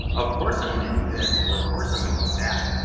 of course, i'm going to do this, or of course, i'm going to do that!